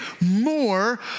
more